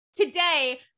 Today